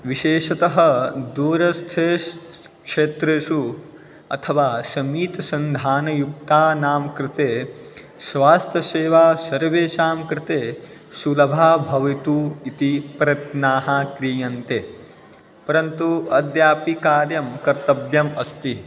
विशेषतः दूरस्थे श् स् क्षेत्रेसु अथवा समीपे सन्तानयुक्तानां कृते स्वास्थसेवा सर्वेषां कृते शुलभा भवतु इति प्रयत्नः क्रियन्ते परन्तु अद्यापि कार्यं कर्तव्यम् अस्ति